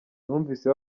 numvise